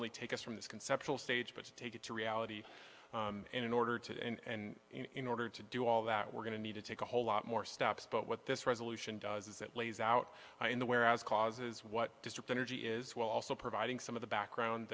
only take us from this conceptual stage but to take it to reality in order to and in order to do all that we're going to need to take a whole lot more steps but what this resolution does is it lays out in the whereas causes what district energy is while also providing some of the background